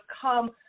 come